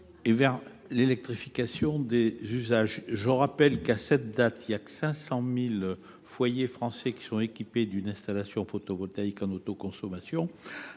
t on l’électrification des usages. Je rappelle qu’à cette date 500 000 foyers français seulement sont équipés d’une installation photovoltaïque en autoconsommation,